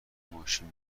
ماشین